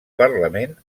parlament